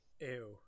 ew